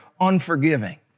unforgiving